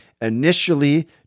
initially